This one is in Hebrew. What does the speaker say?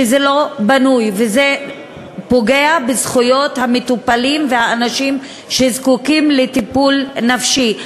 שזה לא בנוי וזה פוגע בזכויות המטופלים והאנשים שזקוקים לטיפול נפשי.